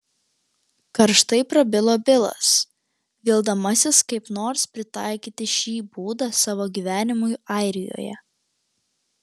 karštai prabilo bilas vildamasis kaip nors pritaikyti šį būdą savo gyvenimui airijoje